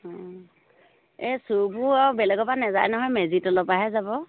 অঁ এই চোৰবোৰ আৰু বেলেগৰ পৰা নাযায় নহয় মেজিৰ তলৰ পৰাহে যাব